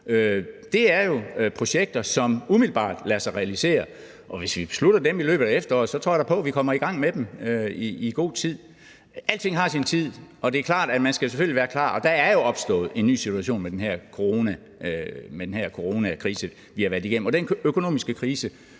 Det er jo projekter, som umiddelbart lader sig realisere, og hvis vi beslutter dem i løbet af efteråret, tror jeg da på, at vi kommer i gang med dem i god tid. Alting har sin tid, og det er klart, at man selvfølgelig skal være klar. Og der er jo opstået en ny situation med den her coronakrise, som vi har været igennem, og med den økonomiske krise,